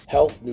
Health